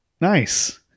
Nice